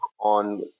on